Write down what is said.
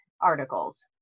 articles